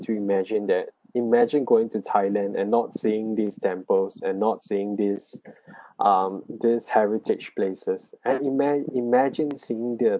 to imagine that imagine going to thailand and not seeing these temples and not seeing these um this heritage places and ima~ imagine seeing the